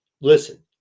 listen